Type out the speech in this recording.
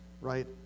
right